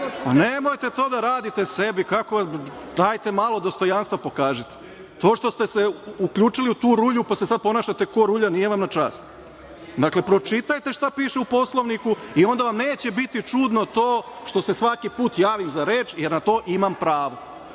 Nemojte to da radite sebi. Dajte malo dostojanstva pokažite. To što ste se uključili u tu rulju, pa se sad ponašate kao rulja, nije vam na čast. Dakle, pročitajte šta piše u Poslovniku i onda vam neće biti čudno to što se svaki put javim za reč, jer na to imam pravo.